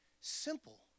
Simple